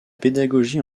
pédagogie